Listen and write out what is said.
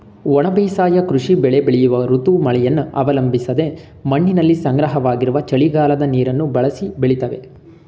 ಒಣ ಬೇಸಾಯ ಕೃಷಿ ಬೆಳೆ ಬೆಳೆಯುವ ಋತು ಮಳೆಯನ್ನು ಅವಲಂಬಿಸದೆ ಮಣ್ಣಿನಲ್ಲಿ ಸಂಗ್ರಹವಾಗಿರುವ ಚಳಿಗಾಲದ ನೀರನ್ನು ಬಳಸಿ ಬೆಳಿತವೆ